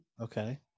Okay